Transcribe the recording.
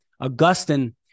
Augustine